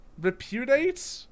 repudiate